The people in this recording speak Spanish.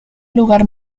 lugar